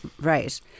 Right